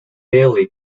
bailey